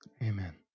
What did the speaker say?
Amen